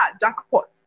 jackpot